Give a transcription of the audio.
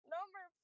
Number